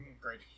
Great